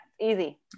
easy